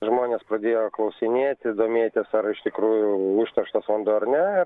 žmonės pradėjo klausinėti domėtis ar iš tikrųjų užterštas vanduo ar ne